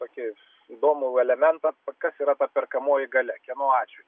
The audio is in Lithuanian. tokį įdomų elementą kas yra ta perkamoji galia kieno atžvilgiu